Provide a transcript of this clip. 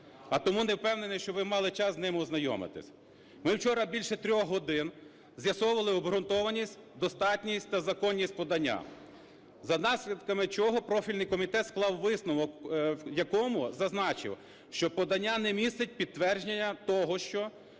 а тому не впевнений, що ви мали час з ним ознайомитися. Ми вчора більше трьох годин з'ясовували обґрунтованість, достатність та законність подання, за наслідками чого профільний комітет склав висновок, в якому зазначив, що подання не містить підтвердження того, що: